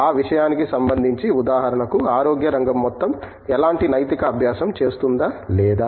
ఆ విషయానికి సంబంధించి ఉదాహరణకు ఆరోగ్య రంగం మొత్తం ఎలాంటి నైతిక అభ్యాసం చేస్తుందా లేదా